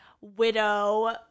widow